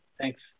Thanks